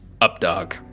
Updog